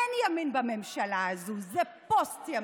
אין ימין בממשלה הזו, זה פוסט-ימין.